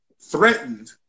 threatened